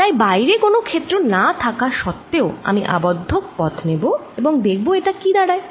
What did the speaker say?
তাই বাইরে কোনো ক্ষেত্র না থাকা সত্ত্বেও আমি আবদ্ধ পথ নেব এবং দেখব এটা কি দাঁড়ায়